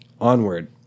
Onward